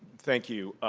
thank you.